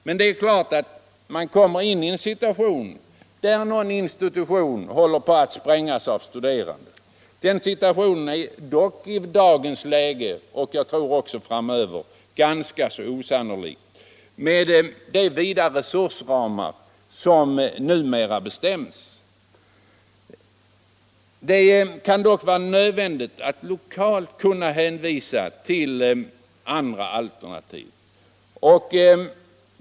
Men det är klart att om man kommer in i en situation där någon institution håller på att sprängas av studerande — den situationen är i dagens läge och jag tror också framöver ganska osannolik med hänsyn till de vida resursramar som nu bestäms — kan det vara nödvändigt att lokalt kunna hänvisa till andra alternativ.